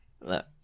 look